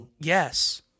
Yes